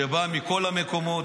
שבאים מכל המקומות.